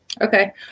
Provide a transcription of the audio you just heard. Okay